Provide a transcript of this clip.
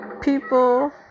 people